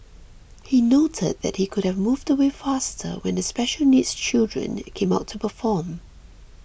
he noted that he could have moved away faster when the special needs children came out to perform